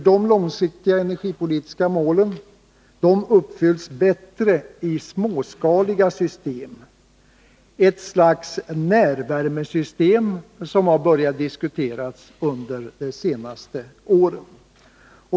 De långsiktiga energipolitiska målen uppfylls bättre i småskaliga system, ett slags närvärmesystem som har börjat diskuteras under de senaste åren.